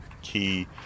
key